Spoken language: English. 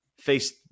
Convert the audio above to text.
face